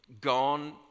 gone